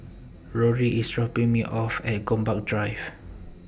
Rory IS dropping Me off At Gombak Drive